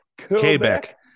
Quebec